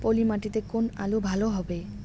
পলি মাটিতে কোন আলু ভালো হবে?